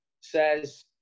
says